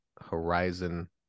Horizon